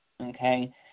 Okay